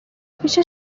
پیش